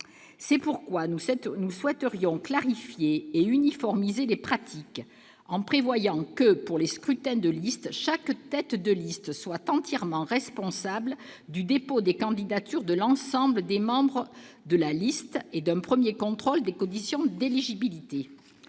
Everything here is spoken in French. C'est pourquoi nous souhaiterions clarifier et uniformiser les pratiques, en prévoyant que, pour les scrutins de liste, chaque tête de liste soit entièrement responsable du dépôt des candidatures de l'ensemble des membres de la liste et d'un premier contrôle des conditions d'éligibilité.